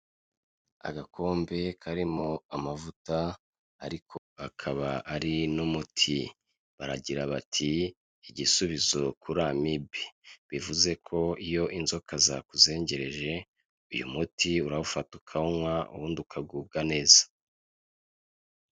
Agakombe karimo amavuta ariko akaba ari n'umuti, baragira bati "igisubizo kuri amibi" bivuze ko iyo inzoka zakuzengereje uyu muti urawufata ukawunywa ubundi ukagubwa neza.